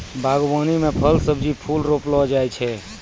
बागवानी मे फल, सब्जी, फूल रौपलो जाय छै